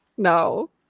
No